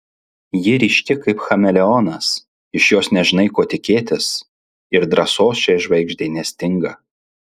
ji ryški kaip chameleonas iš jos nežinai ko tikėtis ir drąsos šiai žvaigždei nestinga